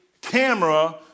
camera